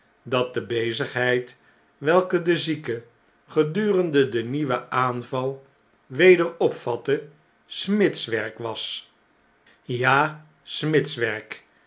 dat de bezigheid welke de zieke gedurende den nieuwen aanval weder opvatte smidswerk was ja